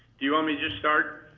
do you want me to start?